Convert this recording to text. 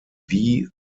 wie